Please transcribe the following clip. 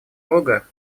рога